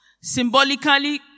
Symbolically